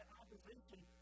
opposition